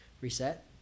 reset